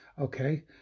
Okay